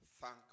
Thank